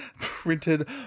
printed